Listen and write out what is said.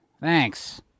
Thanks